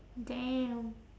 damn